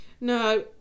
No